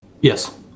Yes